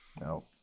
no